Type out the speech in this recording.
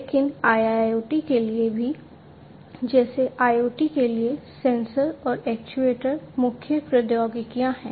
लेकिन IIoT के लिए भी जैसे IoT के लिए सेंसर और एक्चुएटर मुख्य प्रौद्योगिकियां हैं